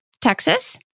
Texas